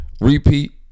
repeat